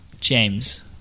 James